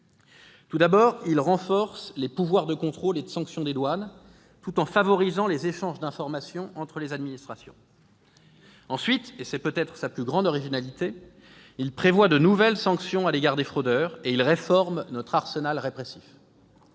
Tout abord, ce texte renforce les pouvoirs de contrôle et de sanction des douanes, tout en favorisant les échanges d'information entre les administrations. Ensuite, et c'est peut-être sa plus grande originalité, il prévoit de nouvelles sanctions à l'égard des fraudeurs et il réforme notre arsenal répressif.